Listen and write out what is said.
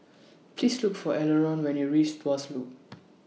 Please Look For Elenore when YOU REACH Tuas Loop